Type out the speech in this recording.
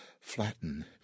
flatten